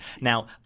Now